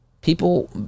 people